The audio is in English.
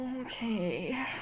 Okay